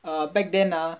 err back then ah